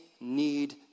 need